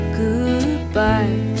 goodbye